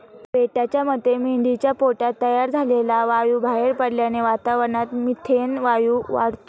पेटाच्या मते मेंढीच्या पोटात तयार झालेला वायू बाहेर पडल्याने वातावरणात मिथेन वायू वाढतो